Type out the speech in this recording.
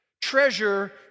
Treasure